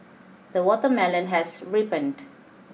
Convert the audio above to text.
the watermelon has ripened